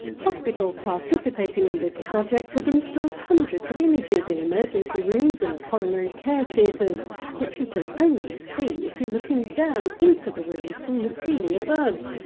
hospitals participating in this project have installed hundreds of images in emergency rooms and coronary care theatres which you can only see if you're looking down into the room from the ceiling above.